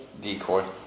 Decoy